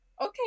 okay